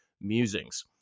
musings